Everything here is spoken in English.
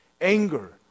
anger